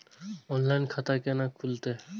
Online खाता केना खुलते?